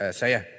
saya